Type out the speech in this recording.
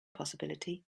possibility